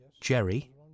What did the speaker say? Jerry